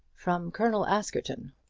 from colonel askerton.